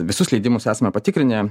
visus leidimus esame patikrinę